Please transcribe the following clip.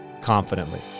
confidently